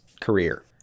career